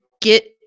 get